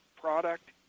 product